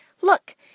Look